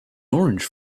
orange